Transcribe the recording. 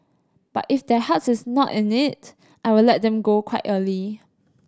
but if their heart is not in it I will let them go quite early